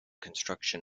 construction